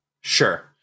Sure